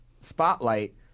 spotlight